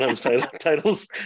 titles